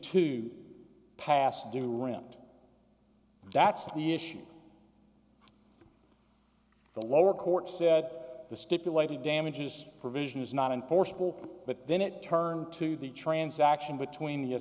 to past due around that's the issue the lower court said the stipulated damages provision is not enforceable but then it turned to the transaction between